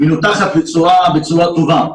מנותחת בצורה טובה.